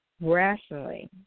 rationally